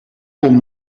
komt